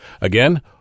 Again